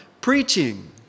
preaching